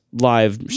live